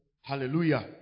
Hallelujah